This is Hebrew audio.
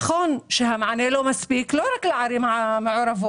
נכון שהמענה לא מספיק, ולא רק לערים המעורבות.